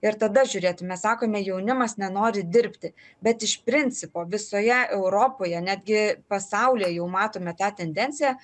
ir tada žiūrėti mes sakome jaunimas nenori dirbti bet iš principo visoje europoje netgi pasaulyje jau matome tą tendenciją